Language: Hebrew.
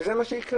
זה מה שיקרה.